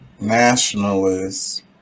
Nationalists